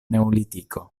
neolitiko